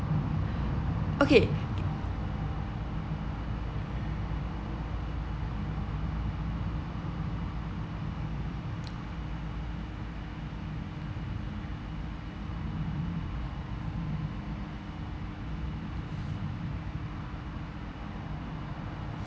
okay